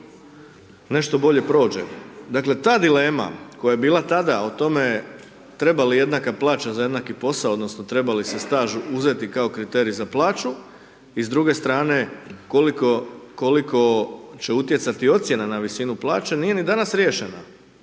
nešto bolje prođe. Dakle, ta dilema koja je bila tada, o tome treba li jednaka plaća za jednaki posao odnosno treba li se staž uzeti kao kriterij za plaću i s druge strane, koliko će utjecati ocjena na visinu plaće, nije ni danas riješena